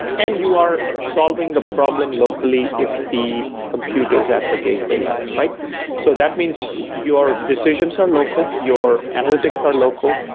and you are solving the problem locally if the compute is at the gateway level. so that means your decisions are local. your analytics are local.